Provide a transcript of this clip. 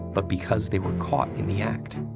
but because they were caught in the act.